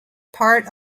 part